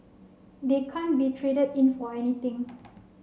they can't be traded in for anything